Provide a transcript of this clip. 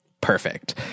perfect